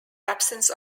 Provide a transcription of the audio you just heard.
absence